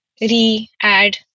re-add